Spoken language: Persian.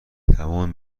تمام